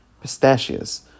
pistachios